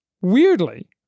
Weirdly